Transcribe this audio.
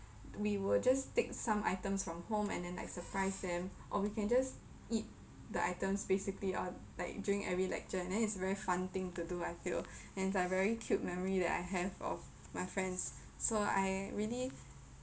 we will just take some items from home and then like surprise them or we can just eat the items basically or like drink every lecture and then it's very fun thing to do I feel and it's like very cute memory that I have of my friends so I really